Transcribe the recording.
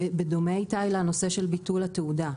בדומה לנושא של ביטול התעודה.